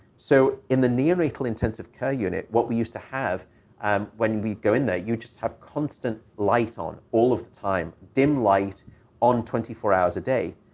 so in the neonatal intensive care unit, what we used to have um when we go in there, you just have constant light on all of the time, dim light on twenty four hours a day,